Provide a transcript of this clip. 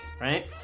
right